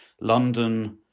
London